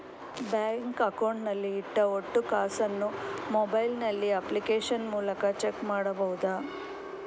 Bank account ನಲ್ಲಿ ಇಟ್ಟ ಒಟ್ಟು ಕಾಸನ್ನು ಮೊಬೈಲ್ ನಲ್ಲಿ ಅಪ್ಲಿಕೇಶನ್ ಮೂಲಕ ಚೆಕ್ ಮಾಡಬಹುದಾ?